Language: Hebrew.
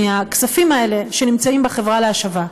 מהכספים האלה שנמצאים בחברה להשבה.